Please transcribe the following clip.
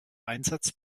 einsatz